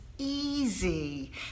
easy